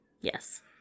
Yes